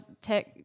tech